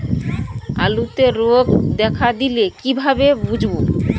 আলুতে রোগ দেখা দিলে কিভাবে বুঝবো?